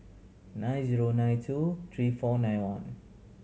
nine zero nine two three four nine one